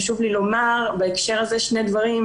חשוב לי לומר בהקשר הזה שני דברים.